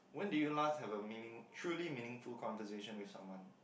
when did you last have a meaning truly meaningful conversation with someone